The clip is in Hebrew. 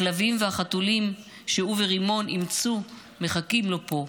הכלבים והחתולים שהוא ורימון אימצו מחכים לו פה.